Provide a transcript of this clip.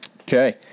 Okay